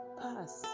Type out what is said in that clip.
pass